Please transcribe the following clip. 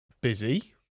Busy